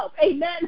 amen